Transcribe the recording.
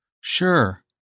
Sure